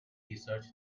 research